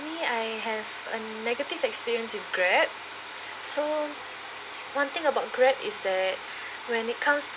me I have a negative experience with Grab so one thing about Grab is that when it comes to